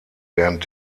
während